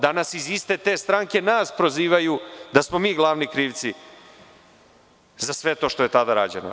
Danas iz iste te stranke nas prozivaju da smo mi glavni krivci za sve što je tada rađeno.